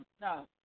No